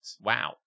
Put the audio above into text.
Wow